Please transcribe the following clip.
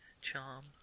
Charm